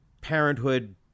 Parenthood